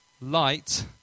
light